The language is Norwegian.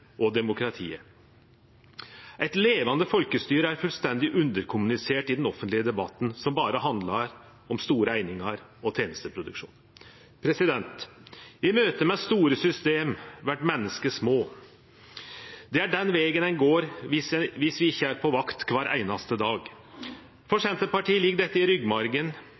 og demokratiet. Eit levande folkestyre er fullstendig underkommunisert i den offentlige debatten, som berre handlar om store einingar og tenesteproduksjonen. I møte med store system vert menneske små. Det er den vegen ein går viss vi ikkje er på vakt kvar einaste dag. For Senterpartiet ligg dette i